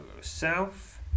south